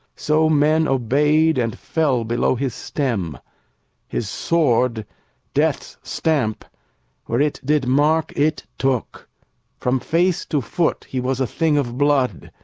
so men obey'd, and fell below his stem his sword death's stamp where it did mark, it took from face to foot he was a thing of blood,